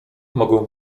mogę